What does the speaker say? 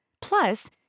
Plus